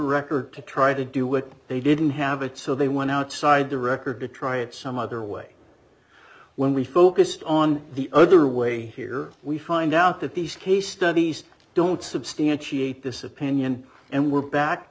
record to try to do what they didn't have it so they went outside the record to try it some other way when we focused on the other way here we find out that these case studies don't substantiate this opinion and we're back